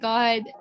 God